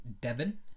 Devon